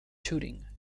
tooting